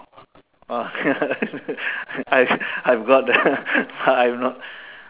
I've I've got the I'm not